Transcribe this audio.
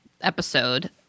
episode